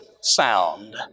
sound